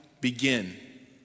begin